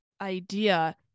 idea